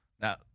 now